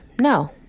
no